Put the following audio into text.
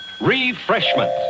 Refreshment